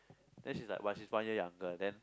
then she's like !wah! she's one year younger then